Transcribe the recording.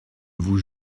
vous